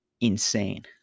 insane